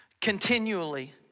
continually